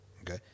Okay